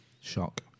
Shock